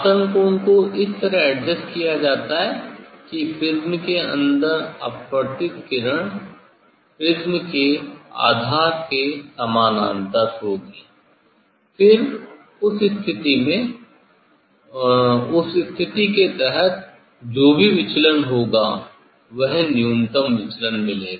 आपतन कोण को इस तरह एडजस्ट किया जाता है कि प्रिज्म के अंदर अपवर्तित किरण प्रिज्म के आधार के समानांतर होगी फिर उस स्थिति में उस स्थिति के तहत जो भी विचलन होगा वह न्यूनतम विचलन मिलेगा